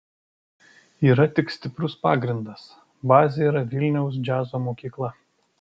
yra tik stiprus pagrindas bazė yra vilniaus džiazo mokykla